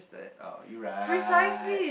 oh you right